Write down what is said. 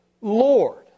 Lord